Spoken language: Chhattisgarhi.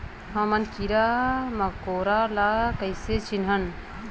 हमन कीरा मकोरा ला कइसे चिन्हन?